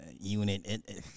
unit